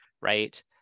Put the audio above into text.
right